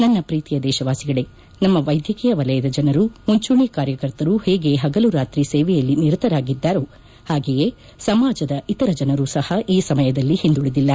ನನ್ನ ಪ್ರೀತಿಯ ದೇಶವಾಸಿಗಳೇ ನಮ್ನ ವೈದ್ಯಕೀಯ ವಲಯದ ಜನರು ಮುಂಚೂಣಿ ಕಾರ್ಯಕರ್ತರು ಹೇಗೆ ಹಗಲು ರಾತ್ರಿ ಸೇವೆಯಲ್ಲಿ ನಿರತರಾಗಿದ್ದಾರೋ ಹಾಗೆಯೇ ಸಮಾಜದ ಇತರ ಜನರು ಸಹ ಈ ಸಮಯದಲ್ಲಿ ಹಿಂದುಳಿದಿಲ್ಲ